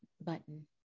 button